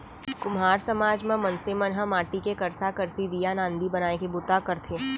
कुम्हार समाज म मनसे मन ह माटी के करसा, करसी, दीया, नांदी बनाए के बूता करथे